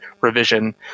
revision